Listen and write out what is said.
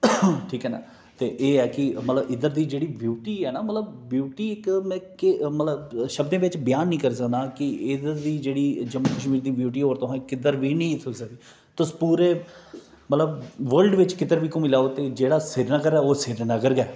ठीक है एह् है कि इद्धर दी जेहड़ी ब्यूटी है ना मतलब में शब्दें बिच ब्यान नेई करी सकदा के इद्धर दी जेहड़ी जम्मू कशमीर दी ब्यूटी ऐ ओह् और तुसें कुदर बी नेईं थ्होई सकदी तुस पूरे मतलब बलर्ड घूमी लैओ जेहड़ा श्रीनगर ऐ ओह् श्रीनगर गे हे